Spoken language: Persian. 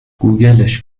گوگلش